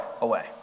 away